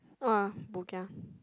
ah bo kia